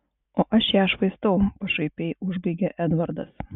o aš ją švaistau pašaipiai užbaigė edvardas